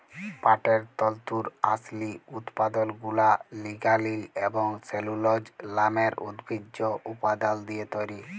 পাটের তল্তুর আসলি উৎপাদলগুলা লিগালিল এবং সেলুলজ লামের উদ্ভিজ্জ উপাদাল দিঁয়ে তৈরি